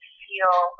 feel